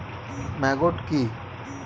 Maggot কি?